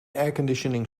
airconditioning